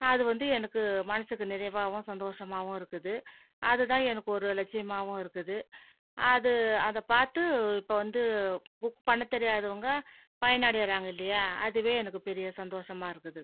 அது வந்து எனக்கு மனதுக்கு நிறைவாகவும் சந்தோஷமாகவும் இருக்குது அதுதான் எனக்கு ஒரு லட்சியமாகவும் இருக்குது அது அதை பார்த்து இப்போ வந்து குக் பண்ண தெரியாதவங்க பயனடையிறாங்க இல்லையா அதுவே எனக்கு பெரிய சந்தோஷமாக இருக்குது